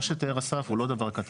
מה שתיאר אסף הוא לא דבר קטן.